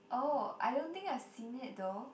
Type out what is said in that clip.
oh I don't think I've seen it though